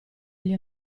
gli